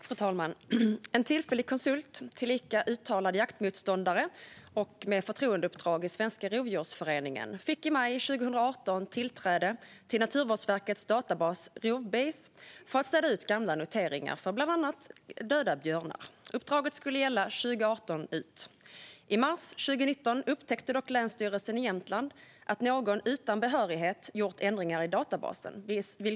Fru talman! En tillfällig konsult, tillika uttalad jaktmotståndare med förtroendeuppdrag i Svenska rovdjursföreningen, fick i maj 2018 tillträde till Naturvårdsverkets databas Rovbase för att städa ut gamla noteringar gällande bland annat döda björnar. Uppdraget skulle gälla 2018 ut. I mars 2019 upptäckte dock länsstyrelsen i Jämtland att någon utan behörighet gjort ändringar i databasen.